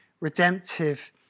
redemptive